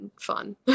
fun